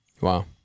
wow